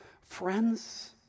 friends